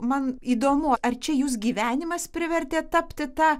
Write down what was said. man įdomu ar čia jus gyvenimas privertė tapti ta